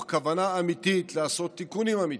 כוונה אמיתית לעשות תיקונים אמיתיים,